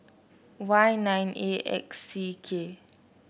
Y nine A X C K